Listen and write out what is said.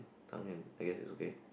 tang-yuan I guess it's okay